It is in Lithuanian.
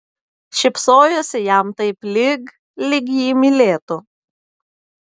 šypsojosi jam taip lyg lyg jį mylėtų